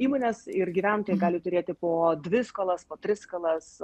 įmonės ir gyventojai gali turėti po dvi skolas po tris skolas